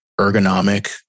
ergonomic